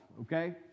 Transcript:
okay